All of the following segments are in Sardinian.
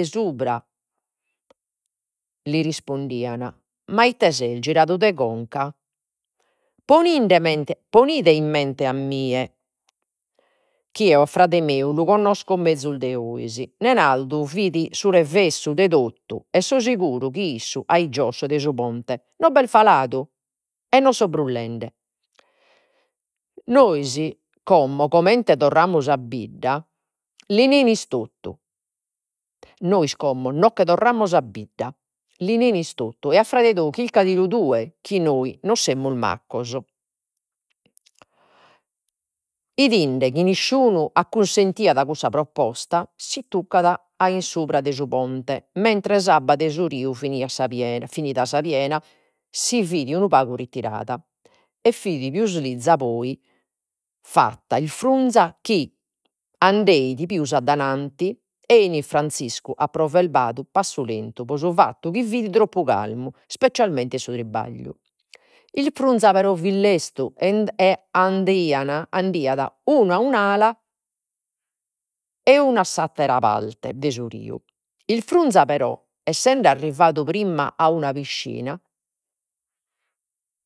subra, li rispondian. Ma ite ses, giradu de conca. ponide in mente a mie chi 'eo a frade meu lu connosco mezus de 'ois. Nenaldu fit su revessu de totu e so seguru chi issu a in giosso de su ponte non b'est faladu, e no so brullende. Nois como comente torramus a bidda, li nois como no che torramus a bidda, e a frade tou chilcadilu tue, chi noi no semus maccos. 'Idende chi nisciunu cunsenteit a cussa proposta, si tuccat a in subra de su ponte mentres s'abba de su riu, finiat sa piena, si fit una pagu retirada e fit pius luzziga, poi, fatt'a isfrunza, chi andeit pius addainanti Franziscu, approverzadu passu lentu, pro su fattu chi fit troppu calmu, ispecialmente in su trabagliu. Isfrunza, però, fit lestru e andaiat unu a un ala e unu a s'attera parte de su riu. Isfrunza però, essende arrividu prima a una pischina,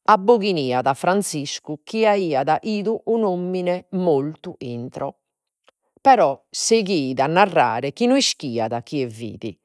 abboghiaiat a Franziscu chi aiat ‘idu un'omine mortu intro. Però sigheit a narrere chi no ischiat chie fit